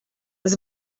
was